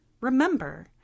Remember